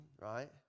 right